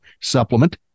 supplement